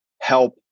help